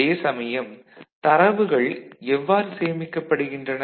அதே சமயம் தரவுகள் எவ்வாறு சேமிக்கப்படுகின்றன